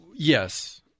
Yes